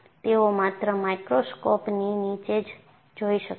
તેઓ માત્ર માઈક્રોસ્કોપની નીચે જ જોઈ શકાશે